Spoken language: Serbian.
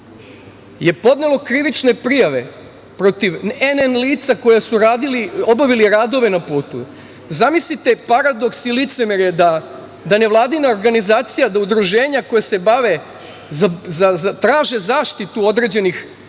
je podnelo krivične prijave protiv nn lica koja su obavili radove na putu. Zamislite paradoks i licemerje da nevladina organizacija, da udruženja koja traže zaštitu određenih puteva